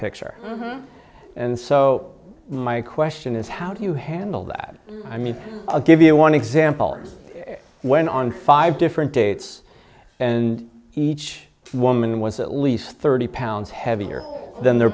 picture and so my question is how do you handle that i mean i'll give you one example when on five different dates and each woman was at least thirty pounds heavier than their